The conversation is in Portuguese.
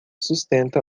sustenta